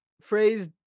phrase